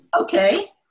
Okay